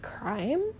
Crime